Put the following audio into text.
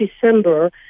December